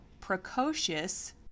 precocious